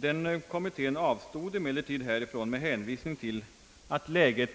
Den kommittén avstod emellertid härifrån med hänvisning till att läget